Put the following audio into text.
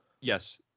Yes